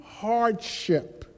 hardship